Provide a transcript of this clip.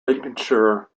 lincolnshire